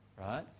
right